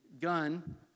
gun